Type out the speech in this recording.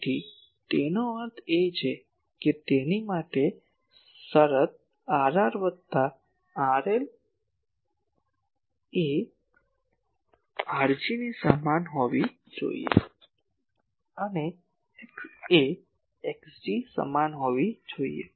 તેથી તેનો અર્થ એ છે કે તેની માટે શરત Rr વત્તા RL એ Rg ની સમાન હોવી જોઈએ અને XA એ Xg જેટલી હોવી જોઈએ